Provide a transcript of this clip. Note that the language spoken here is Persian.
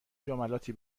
جملاتی